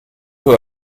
who